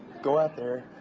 go out there.